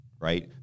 right